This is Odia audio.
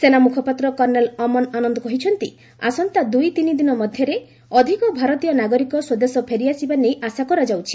ସେନା ମୁଖପାତ୍ର କର୍ଷେଲ୍ ଅମନ ଆନନ୍ଦ କହିଛନ୍ତି ଆସନ୍ତା ଦୁଇ ତିନି ଦିନ ମଧ୍ୟରେ ଅଧିକ ଭାରତୀୟ ନାଗରିକ ସ୍ୱଦେଶ ଫେରିଆସିବା ନେଇ ଆଶା କରାଯାଉଛି